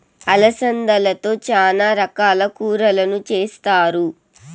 అలసందలతో చానా రకాల కూరలను చేస్తారు